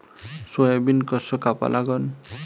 Soybean कस कापा लागन?